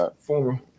former